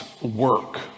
work